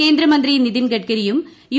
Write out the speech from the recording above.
കേന്ദ്രമന്ത്രി നിതിൻ ഗഡ്കരിയും യു